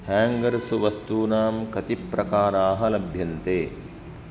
hangers वस्तूनां कति प्रकाराः लभ्यन्ते